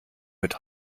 mit